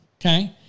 okay